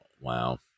Wow